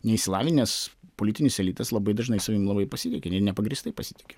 neišsilavinęs politinis elitas labai dažnai savim labai pasitiki nepagrįstai pasitiki